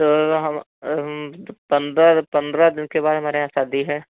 तो हम पंद्रह पंद्रह दिन के बाद हमारे यहाँ शादी है